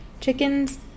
Chickens